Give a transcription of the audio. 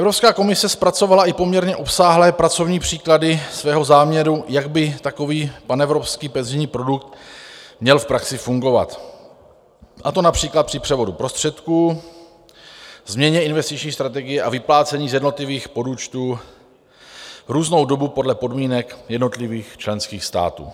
Evropská komise zpracovala i poměrně obsáhlé pracovní příklady svého záměru, jak by takový panevropský penzijní produkt měl v praxi fungovat, a to například při převodu prostředků, změně investiční strategie a vyplácení z jednotlivých podúčtů různou dobu podle podmínek jednotlivých členských států.